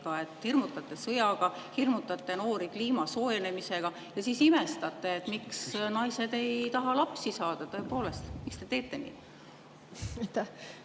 hirmutate sõjaga, hirmutate noori kliima soojenemisega, ja siis imestate, miks naised ei taha lapsi saada. Tõepoolest, miks te teete nii?